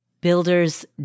Builders